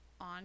on